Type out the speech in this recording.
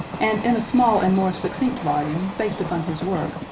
and in a small and more succinct volume, based upon his work,